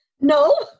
No